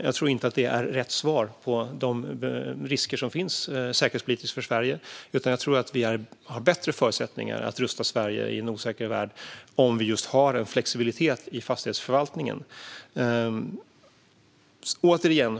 Jag tror inte att detta vore rätt svar på de säkerhetspolitiska risker som finns för Sverige. Vi har bättre förutsättningar att rusta Sverige i en osäker värld om vi i stället har en flexibilitet i fastighetsförvaltningen.